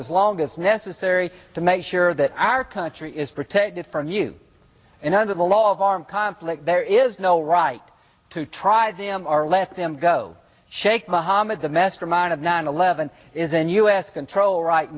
as long as necessary to make sure that our country is protected from you and under the law of armed conflict there is no right to try them are let them go shaikh mohammed the mastermind of nine eleven is in u s control right